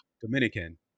Dominican